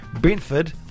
brentford